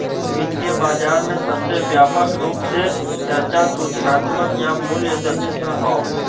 वित्तीय बाजार में सबसे व्यापक रूप से चर्चा सूचनात्मक या मूल्य दक्षता हौ